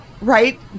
Right